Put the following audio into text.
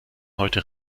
heute